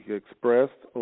expressed